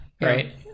right